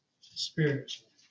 spiritually